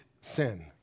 sin